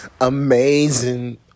amazing